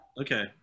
okay